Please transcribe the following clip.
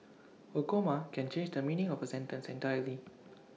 A comma can change the meaning of A sentence entirely